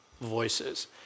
voices